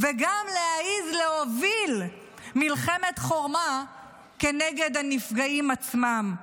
וגם להעז להוביל מלחמת חורמה נגד הנפגעים עצמם,